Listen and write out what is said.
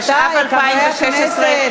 התשע"ו 2016,